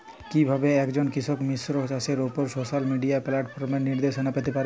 কিভাবে একজন কৃষক মিশ্র চাষের উপর সোশ্যাল মিডিয়া প্ল্যাটফর্মে নির্দেশনা পেতে পারে?